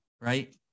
Right